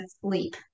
sleep